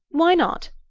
why not?